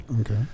okay